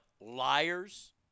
liars